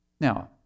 Now